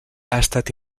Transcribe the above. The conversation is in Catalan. estat